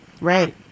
right